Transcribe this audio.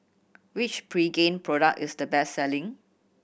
which Pregain product is the best selling